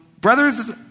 brothers